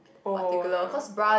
oh ya